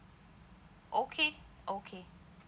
okay okay